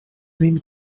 min